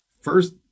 first